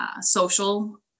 social